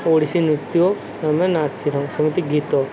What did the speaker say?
ଓଡ଼ିଶୀ ନୃତ୍ୟ ଆମେ ନାଚିଥାଉଁ ସେମିତି ଗୀତ